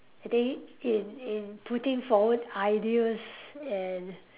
I think in in putting forward ideas and